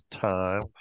time